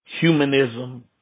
Humanism